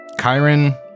Chiron